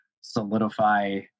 solidify